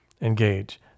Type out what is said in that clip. Engage